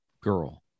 girl